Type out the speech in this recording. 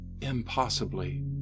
Impossibly